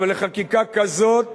אבל לחקיקה כזאת